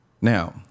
Now